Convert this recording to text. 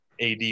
AD